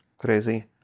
Crazy